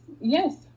Yes